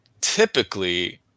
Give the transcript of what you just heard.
typically